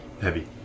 heavy